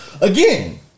Again